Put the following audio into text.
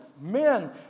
Men